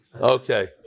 Okay